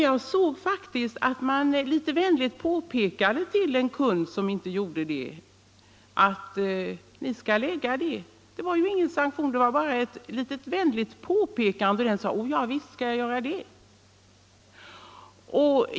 Jag såg att man litet vänligt påpekade för en kund som inte gjorde det: Ni skall lägga varan i korgen. Det var ett vänligt påpekande, och kunden sade: Ja, visst skall jag göra det.